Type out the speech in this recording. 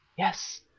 yes,